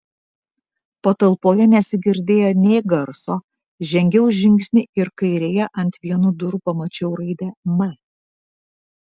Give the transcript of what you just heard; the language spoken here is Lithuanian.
patalpoje nesigirdėjo nė garso žengiau žingsnį ir kairėje ant vienų durų pamačiau raidę m